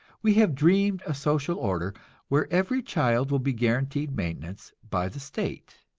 we have dreamed a social order where every child will be guaranteed maintenance by the state,